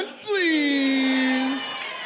please